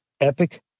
epic